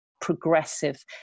progressive